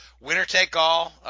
winner-take-all